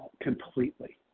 completely